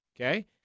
Okay